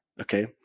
okay